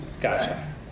Gotcha